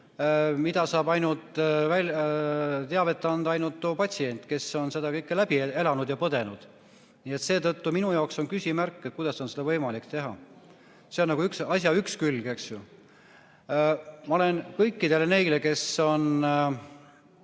mille kohta saab teavet anda ainult too patsient, kes on seda kõike läbi elanud ja põdenud. Nii et seetõttu minu jaoks on küsimärk, kuidas on seda võimalik teha. See on asja üks külg. Ma olen kõikidele neile, kes on